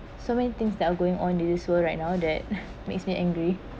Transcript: so many things that are going on in this world right now that makes me angry